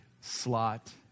slot